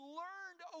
learned